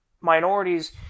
minorities